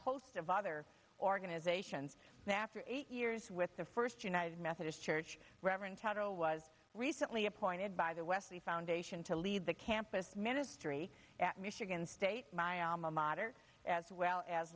host of other organizations after eight years with the first united methodist church reverend carroll was recently appointed by the wesley foundation to lead the campus ministry at michigan state my alma mater as well as